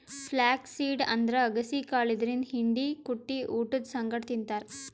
flax seed ಅಂದ್ರ ಅಗಸಿ ಕಾಳ್ ಇದರಿಂದ್ ಹಿಂಡಿ ಕುಟ್ಟಿ ಊಟದ್ ಸಂಗಟ್ ತಿಂತಾರ್